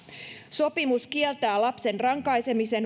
sopimus kieltää lapsen rankaisemisen